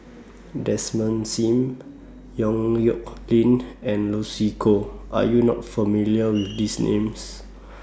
Desmond SIM Yong Nyuk Lin and Lucy Koh Are YOU not familiar with These Names